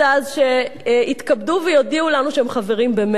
אז שיתכבדו ויודיעו לנו שהם חברים במרצ.